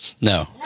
No